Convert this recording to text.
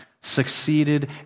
succeeded